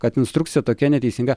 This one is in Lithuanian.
kad instrukcija tokia neteisinga